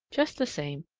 just the same,